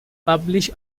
publish